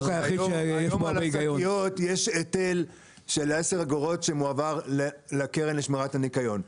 היום על השקיות יש היטל של עשר אגורות שמועבר לקרן לשמירת הניקיון.